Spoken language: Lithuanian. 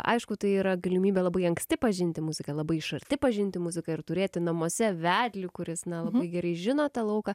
aišku tai yra galimybė labai anksti pažinti muziką labai iš arti pažinti muziką ir turėti namuose vedlį kuris na labai gerai žino tą lauką